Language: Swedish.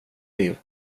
liv